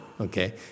Okay